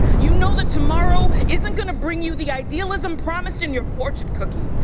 you know that tomorrow isn't gonna bring you the idealism promised in your fortune cookie.